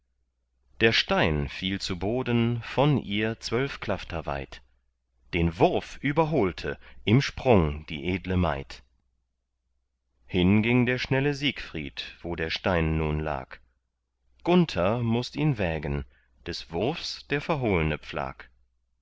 der stein fiel zu boden von ihr zwölf klafter weit den wurf überholte im sprung die edle maid hin ging der schnelle siegfried wo der stein nun lag gunther mußt ihn wägen des wurfs der verhohlne pflag